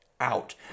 out